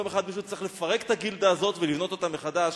ויום אחד מישהו צריך לפרק את הגילדה הזאת ולבנות אותה מחדש,